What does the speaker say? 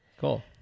Cool